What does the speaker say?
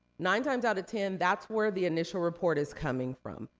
nine times out of ten, that's where the initial report is coming from.